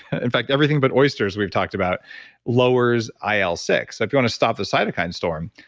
in fact, everything but oysters we've talked about lowers i l six. if you want to stop the cytokine storm,